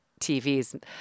TVs